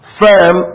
firm